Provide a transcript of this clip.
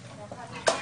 (היו"ר זאב בנימין בגין, 10:40)